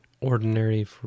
ordinary